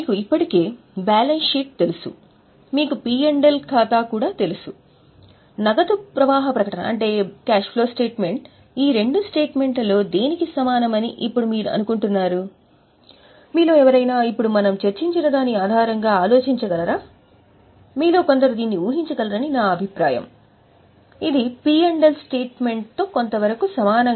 మీకు ఇప్పటికే balance sheet తెలుసు మీకు పి ఎల్ ఖాతా ప్రకటన